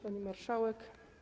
Pani Marszałek!